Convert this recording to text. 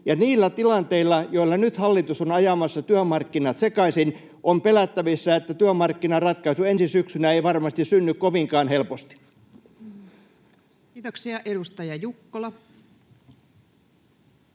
niillä tilanteilla, joilla nyt hallitus on ajamassa työmarkkinat sekaisin, on pelättävissä, että työmarkkinaratkaisu ensi syksynä ei varmasti synny kovinkaan helposti. Kiitoksia. — Edustaja Jukkola.